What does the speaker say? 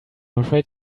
afraid